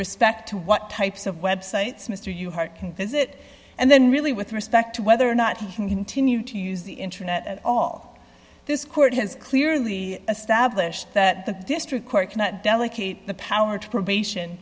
respect to what types of websites mr yoo heart can visit and then really with respect to whether or not he can continue to use the internet at all this court has clearly established that the district court cannot delegate the power to probation